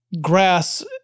grass